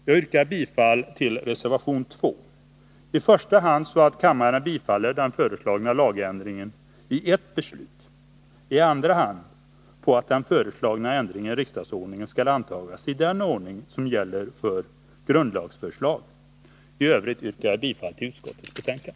Jag yrkar bifall till reservation 2. Jag hemställer därvid i första hand att kammaren bifaller den föreslagna lagändringen i ett beslut, i andra hand att den föreslagna ändringen i riksdagsordningen skall antagas i den ordning som gäller för grundlagsförslag. I övrigt yrkar jag bifall till utskottets hemställan.